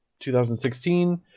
2016